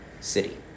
city